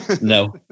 No